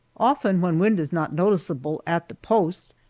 often when wind is not noticeable at the post,